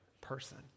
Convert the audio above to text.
person